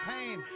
Pain